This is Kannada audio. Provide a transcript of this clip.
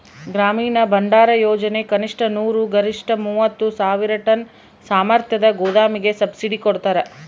ಗ್ರಾಮೀಣ ಭಂಡಾರಯೋಜನೆ ಕನಿಷ್ಠ ನೂರು ಗರಿಷ್ಠ ಮೂವತ್ತು ಸಾವಿರ ಟನ್ ಸಾಮರ್ಥ್ಯದ ಗೋದಾಮಿಗೆ ಸಬ್ಸಿಡಿ ಕೊಡ್ತಾರ